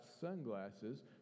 sunglasses